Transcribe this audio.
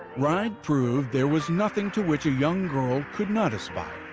ride proved there was nothing to which a young girl could not aspire.